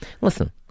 Listen